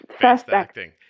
fast-acting